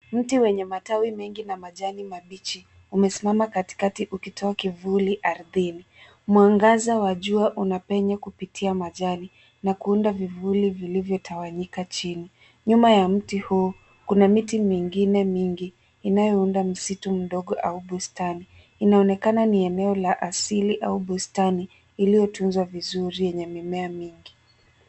Mti wenye matawi mengi na majani mabichi umesimama katikati ukitoa kivuli ardhini. Mwangaza wa jua unapenya kupitia majani na kuunda vivuli vilivyotawanyika chini. Nyuma ya mti huo kuna miti mingine mingi inayounda msitu mdogo au bustani. Inaonekana ni eneo la asili au bustani, iliyotunzwa vizuri yenye mimea mingi.